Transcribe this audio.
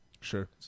Sure